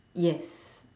yes